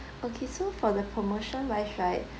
okay so for the promotion wise right